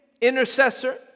intercessor